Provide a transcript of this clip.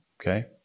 Okay